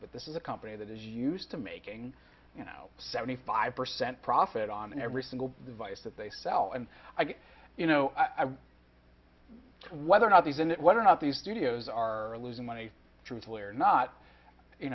but this is a company that is used to making you know seventy five percent profit on every single device that they sell and i think you know whether or not he's in it what or not these studios are losing money truthfully or not you